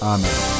Amen